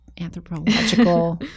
anthropological